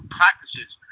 practices